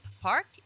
Park